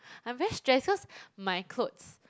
I'm very stressed cause my clothes